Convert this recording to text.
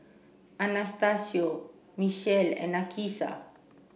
Anastacio Mechelle and Nakisha